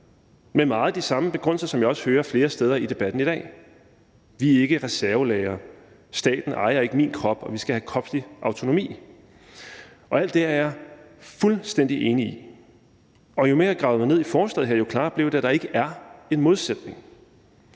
men meget ud fra de samme begrundelser, som jeg også hører flere steder i debatten i dag: Vi er ikke reservelagre; staten ejer ikke min krop; vi skal have kropslig autonomi. Alt det er jeg fuldstændig enig i, og jo mere jeg gravede mig ned i forslaget her, jo klarere blev det, at der ikke er en modsætning.